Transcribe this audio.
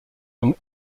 comme